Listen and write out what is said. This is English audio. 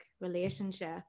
relationship